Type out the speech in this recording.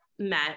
met